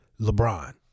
LeBron